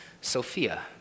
Sophia